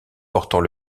portant